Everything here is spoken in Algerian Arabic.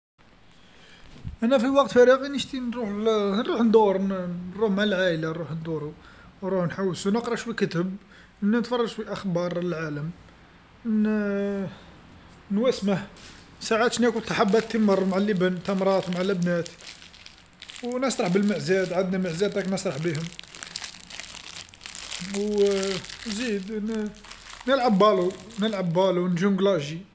أنا في وقت فراغي نشتي نروح نروح ندور ن- نروح مع العايله نروح ندورو، نروح نحوسو، نقرا شوي كتب، ن- نتفرج في الأخبار العالم، ن- نواسمه، ساعات شا ناكل تا حبات مع اللبن تمرات مع لبنات، ونسرح بالمعزات، عندنا معزات نسرح بيهم، و وزيد نلعب كرة نلعب كرة نجونغلاجي.